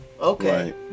Okay